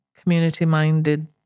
community-minded